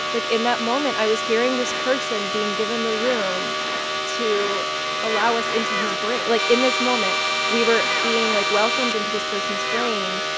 like, in that moment, i was hearing this person being given the room to allow us into his brain like, in this moment we were being, like, welcomed into this person's brain.